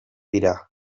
dira